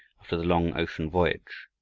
after the long ocean voyage,